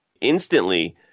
instantly